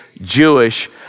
Jewish